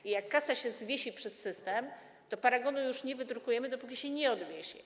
I jak kasa się zawiesi przez system, to paragonu już nie wydrukujemy, dopóki się nie odwiesi.